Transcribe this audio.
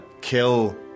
kill